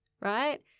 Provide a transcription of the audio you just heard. right